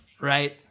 Right